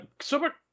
Super